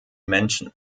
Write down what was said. menschen